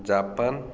Japan